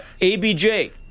ABJ